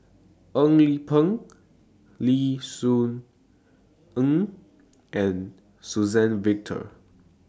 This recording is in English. Eng Yee Peng Lim Soo Ngee and Suzann Victor